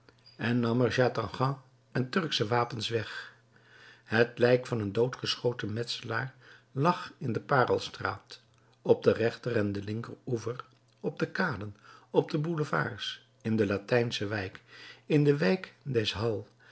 en nam er yatagans en turksche wapens weg het lijk van een doodgeschoten metselaar lag in de paarlstraat op den rechter en den linkeroever op de kaden op de boulevards in de latijnsche wijk in de wijk des halles